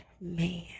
man